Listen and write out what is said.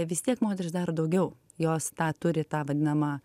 vis tiek moteris daro daugiau jos tą turi tą vadinamą